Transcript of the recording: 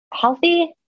healthy